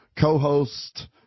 co-host